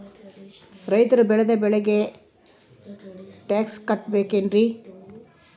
ರೈತರು ಬೆಳೆದ ಬೆಳೆಗೆ ಟ್ಯಾಕ್ಸ್ ಕಟ್ಟಬೇಕೆನ್ರಿ?